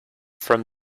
from